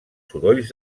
sorolls